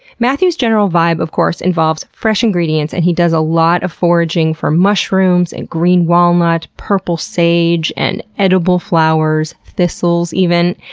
matthew's general vibe of course, involves fresh ingredients and he does a lot of foraging for mushrooms, and green walnut, purple sage, and edible flowers, and thistles even.